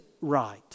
right